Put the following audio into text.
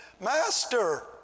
Master